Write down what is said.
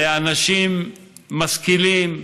לאנשים משכילים,